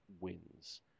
wins